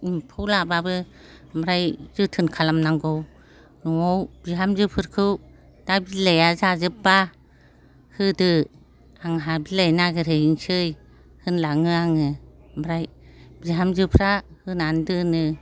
एम्फौ लाबाबो ओमफ्राय जोथोन खालामनांगौ न'आव बिहामजोफोरखौ दा बिलाइआ जाजोबबा होदो आंहा बिलाइ नागिरहैनोसै होनलाङो आङो ओमफ्राय बिहामजोफ्रा होनानै दोनो